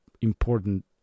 important